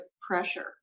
pressure